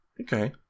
Okay